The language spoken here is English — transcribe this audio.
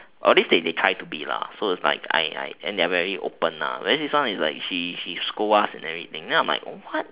or at least they try to be so it's like I I and they're very open where as this one is she she like scold us and everything and I'm like what